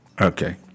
Okay